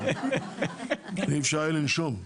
אי אפשר היה לנשום.